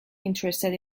interested